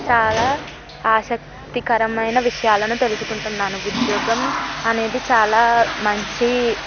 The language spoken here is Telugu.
చాలా ఆసక్తికరమైన విషయాలను తెలుసుకుంటున్నాను ఉద్యోగం అనేది చాలా మంచి